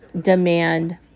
demand